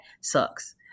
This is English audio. sucks